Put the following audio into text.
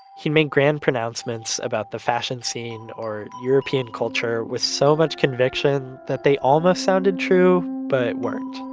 he made grand pronouncements about the fashion scene or european culture with so much conviction that they almost sounded true but weren't.